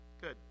Good